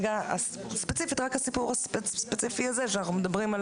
רק הסיפור הספציפי הזה שאנחנו מדברים על